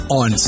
on